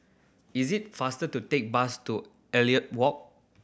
is it faster to take bus to Elliot Walk